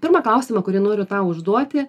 pirmą klausimą kurį noriu tau užduoti